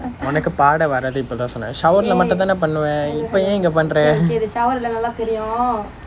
உனக்கு பாட வராதுன்னு இப்பதான் சொன்னேன்:unakku paada varathunnu ippathaan sonen shower லே மட்டும் தான் பண்ணுவ நீ அப்போ ஏன் இங்க பண்ற:le mattum thaan pannuva ni appo aen inga pandra